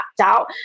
out